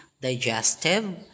Digestive